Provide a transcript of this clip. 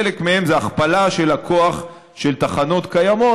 חלק מהן זה הכפלה של הכוח של תחנות קיימות,